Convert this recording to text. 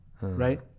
Right